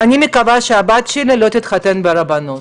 אני מקווה שהבת שלי לא תתחתן ברבנות".